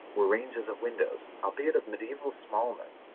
were ranges of windows, albeit of mediaeval smallness,